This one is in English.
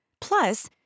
Plus